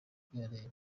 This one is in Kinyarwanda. kuyareba